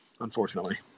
unfortunately